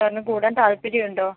സാറിന് കൂടാൻ താൽപ്പര്യം ഉണ്ടോ